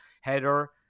header